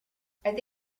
think